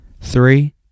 three